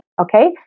Okay